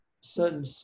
certain